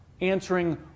answering